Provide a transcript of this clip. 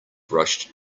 rushed